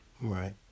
Right